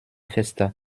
fester